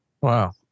Wow